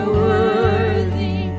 worthy